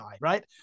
right